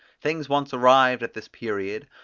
things once arrived at this period,